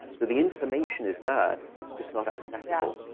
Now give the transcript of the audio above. so the information is there. it's just not accessible.